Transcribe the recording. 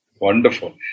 Wonderful